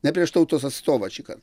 ne prieš tautos atstovą šįkart